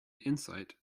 insight